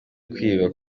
kwiba